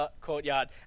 courtyard